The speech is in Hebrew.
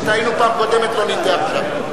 טעינו פעם קודמת לא נטעה עכשיו.